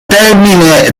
termine